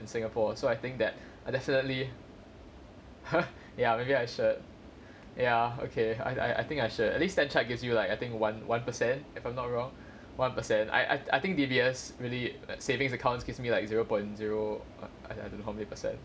in singapore so I think that I definitely ya maybe I should ya okay I I think I should at least stanchart gives you like I think one one percent if I'm not wrong one per cent I I think D_B_S really savings accounts gives me like zero point zero err I I don't know how many percent